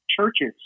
churches